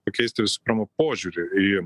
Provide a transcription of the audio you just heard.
pakeisti visų pirma požiūrį į